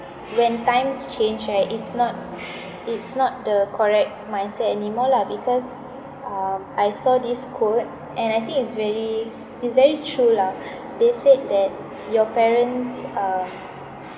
when times change right it's not it's not the correct mindset anymore lah because um I saw this quote and I think it's really it's very true lah they said that your parents um